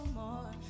more